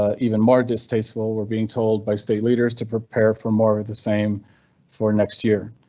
ah even more distasteful. we're being told by state leaders to prepare for more of the same for next year.